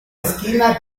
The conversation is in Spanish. esquina